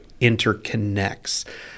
interconnects